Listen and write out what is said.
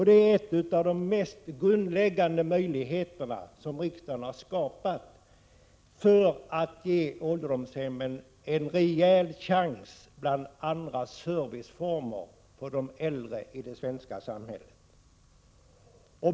Det är en av de mest grundläggande möjligheterna som riksdagen har skapat för att ge ålderdomshemmen en rejäl chans bland andra serviceformer för de äldre i det svenska samhället.